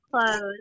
clothes